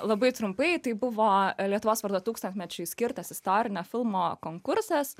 labai trumpai tai buvo lietuvos vardo tūkstantmečiui skirtas istorinio filmo konkursas